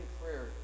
prayer